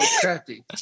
crafty